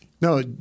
No